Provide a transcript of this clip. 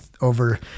over